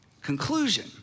conclusion